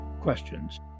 questions